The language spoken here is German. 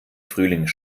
frühling